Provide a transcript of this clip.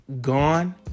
gone